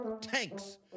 tanks